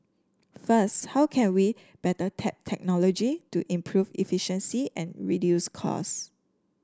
first how can we better tap technology to improve efficiency and reduce cost